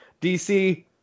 DC